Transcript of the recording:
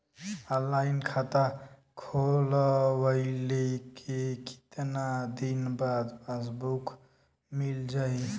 Online खाता खोलवईले के कितना दिन बाद पासबुक मील जाई?